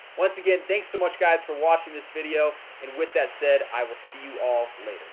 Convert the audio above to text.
once again. thanks so much guys for watching this video and with that said i will see you all later